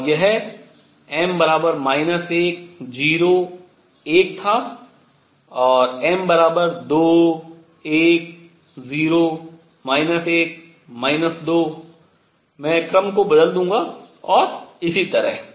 और यह m 1 0 1 था और m 2 1 0 1 2 मैं क्रम को बदल दूंगा और इसी तरह